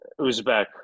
Uzbek